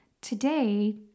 today